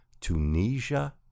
Tunisia